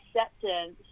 acceptance